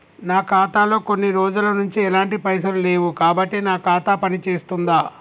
నా ఖాతా లో కొన్ని రోజుల నుంచి ఎలాంటి పైసలు లేవు కాబట్టి నా ఖాతా పని చేస్తుందా?